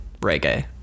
reggae